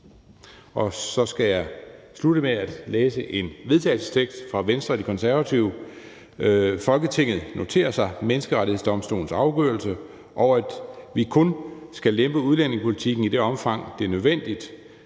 Så skal jeg læse en vedtagelsestekst op fra Venstre og De Konservative. Forslag til vedtagelse »Folketinget noterer sig Menneskerettighedsdomstolens afgørelse, og at vi kun skal lempe udlændingepolitikken i det omfang, det er nødvendigt.